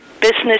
business